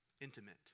intimate